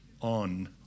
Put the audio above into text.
on